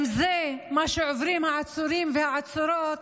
אם זה מה שעוברים העצורים והעצורות,